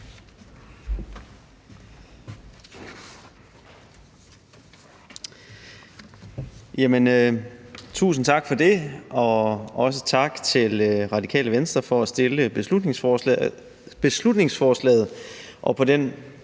Tusind tak for det. Også tak til Radikale Venstre for at fremsætte beslutningsforslaget